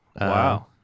Wow